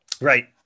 Right